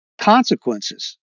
consequences